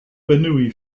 bernoulli